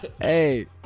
Hey